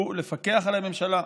הוא לפקח על הממשלה,